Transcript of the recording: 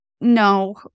no